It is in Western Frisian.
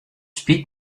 spyt